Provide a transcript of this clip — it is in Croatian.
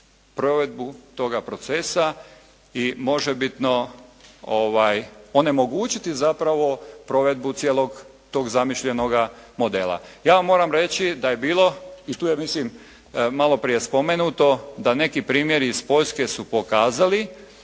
provedbu toga procesa i možebitno onemogućiti zapravo provedbu cijeloga toga zamišljenoga modela. Ja vam moram reći da je bilo, i tu je mislim, malo prije spomenuto da neki primjeri iz Poljske su pokazali